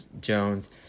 Jones